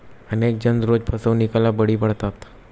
अनेक जण रोज फसवणुकीला बळी पडतात